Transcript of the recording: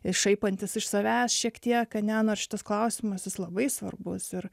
ir šaipantis iš savęs šiek tiek ane nors šitas klausimas jis labai svarbus ir